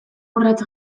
urrats